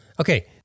Okay